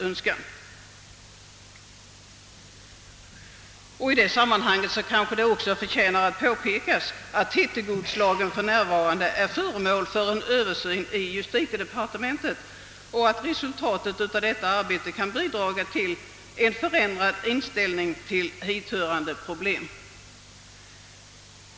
I detta sammanhang kanske det också förtjänar att påpekas att hittegodslagen för närvarande är föremål för översyn i justitiedepartementet och att resultatet av detta arbete kan bidraga till en förändrad inställning till hithörande problem.